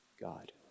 God